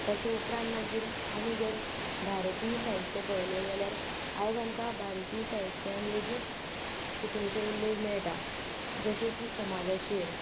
ताच्या उपरांत मागीर आमी जर भारतीय साहित्य पळयलें जाल्यार आयज आमकां भारतीय साहित्यांत लेगीत कोंकणीचो उल्लेख मेळटा जशे की समाजाचेर